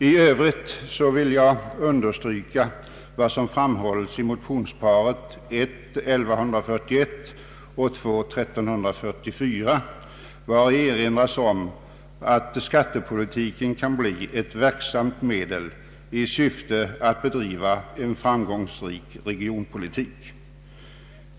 I övrigt vill jag understryka vad som framhålles i motionsparet I: 1141 och II: 1344, vari erinras om att skattepolitiken kan bli ett verksamt medel i syfte att bedriva en framgångsrik regionpolitik.